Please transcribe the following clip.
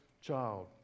child